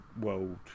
world